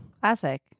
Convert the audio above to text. Classic